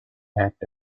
act